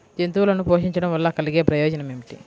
జంతువులను పోషించడం వల్ల కలిగే ప్రయోజనం ఏమిటీ?